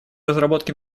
разработке